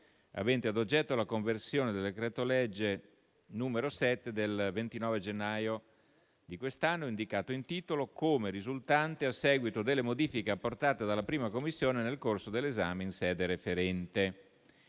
avente ad oggetto la conversione del decreto-legge n. 7 del 29 gennaio 2024, indicato in titolo, come risultante a seguito delle modifiche apportate dalla 1a Commissione nel corso dell'esame in sede referente.